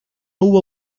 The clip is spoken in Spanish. hubo